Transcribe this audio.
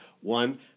One